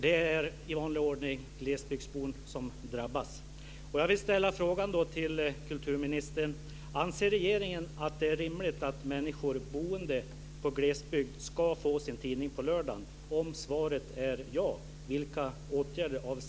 Det är i vanlig ordning glesbygdsbon som drabbas.